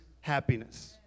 happiness